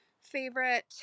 favorite